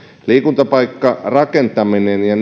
liikuntapaikkarakentaminen ja